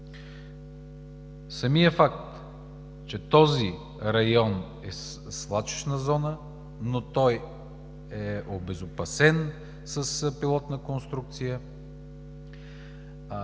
Самият факт, че този район е свлачищна зона, но е обезопасен с пилотна конструкция,